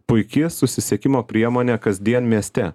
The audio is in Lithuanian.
puiki susisiekimo priemonė kasdien mieste